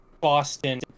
Boston